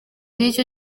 nicyo